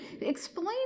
Explain